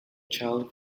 child